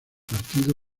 partido